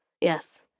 Yes